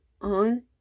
on